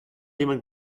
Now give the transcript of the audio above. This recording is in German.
jemand